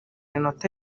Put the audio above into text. inota